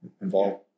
involved